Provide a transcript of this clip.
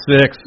Six